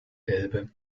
elbe